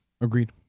Agreed